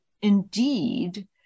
indeed